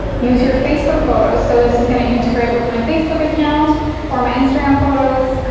use your facebook photos, so this is gonna integrate with my facebook account or my instagram photos.